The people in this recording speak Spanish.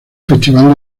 festival